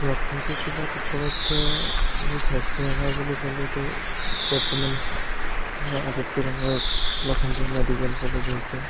লখিমপুৰ জিলাত উপলব্ধ মূল স্বাস্থ্যসেৱা বুলি ক'লেতো বৰ্তমান আমাৰ আটাইতকৈ ডাঙৰ লখিমপুৰ মেডিকেল কলেজ হৈছে